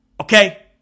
Okay